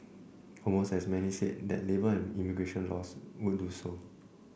almost as many said that labour and immigration laws would do so